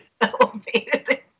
elevated